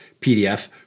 PDF